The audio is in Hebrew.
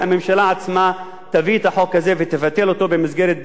ותבטל אותו במסגרת דיון במליאת הכנסת.